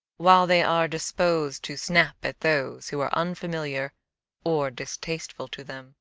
while they are disposed to snap at those who are unfamiliar or distasteful to them